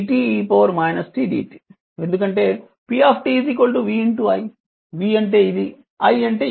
020 e t 80 e t dt ఎందుకంటే p v i v అంటే ఇది i అంటే ఇది